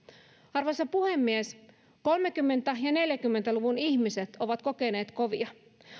arvoisa puhemies kolmekymmentä ja neljäkymmentä luvun ihmiset ovat kokeneet kovia